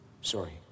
Sorry